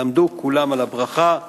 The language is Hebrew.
יעמדו כולם על הברכה.